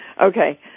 Okay